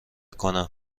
کنم